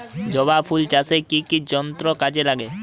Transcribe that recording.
জবা ফুল চাষে কি কি যন্ত্র কাজে লাগে?